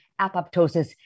apoptosis